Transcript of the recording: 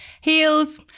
heels